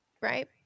Right